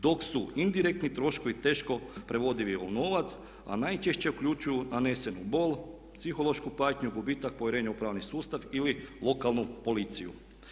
Dok su indirektni troškovi teško prevodivi u novac a najčešće uključuju nanesenu bol, psihološku patnju, gubitak povjerenja u pravni sustav ili lokalnu policiju.